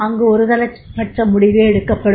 அங்கு ஒருதலைப்பட்ச முடிவே எடுக்கப்படும்